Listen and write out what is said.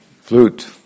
flute